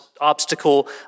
obstacle